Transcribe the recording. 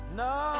no